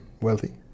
wealthy